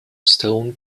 stone